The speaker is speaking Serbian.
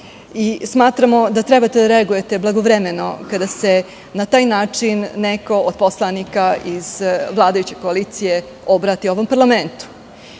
i smatramo da treba da reagujete blagovremeno, kada se na taj način neko od poslanika iz vladajuće koalicije obrati ovom parlamentu. Nije